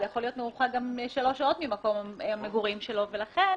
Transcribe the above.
זה יכול להיות מרוחק גם שלוש שעות ממקום המגורים שלו ולכן,